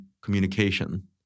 communication